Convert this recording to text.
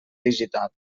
digital